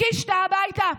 קישטה, הביתה.